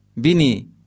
bini